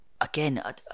again